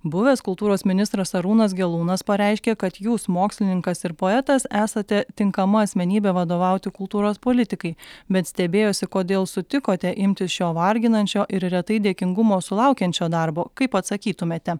buvęs kultūros ministras arūnas gelūnas pareiškė kad jūs mokslininkas ir poetas esate tinkama asmenybė vadovauti kultūros politikai bet stebėjosi kodėl sutikote imtis šio varginančio ir retai dėkingumo sulaukiančio darbo kaip atsakytumėte